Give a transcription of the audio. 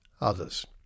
others